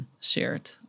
Shared